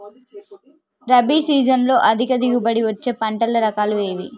రబీ సీజన్లో అధిక దిగుబడి వచ్చే పంటల రకాలు ఏవి?